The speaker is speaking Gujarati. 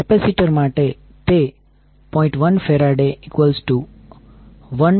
કેપેસિટર માટે તે 0